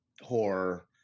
horror